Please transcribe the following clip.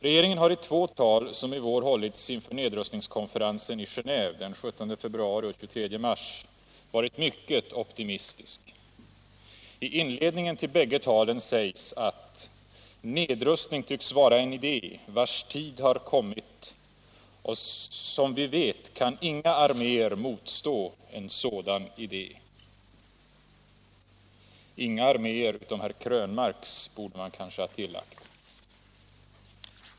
Regeringen har i de två tal som i vår hållits inför nedrustningskonferensen i Genéve — den 17 februari och 22 mars — varit mycket optimistisk. I inledningen till bägge talen sägs att ”nedrustning tycks vara en idé vars tid har kommit och som vi vet kan inga arméer motstå en sådan idé”. — Inga arméer utom herr Krönmarks, borde man kanske ha tillagt.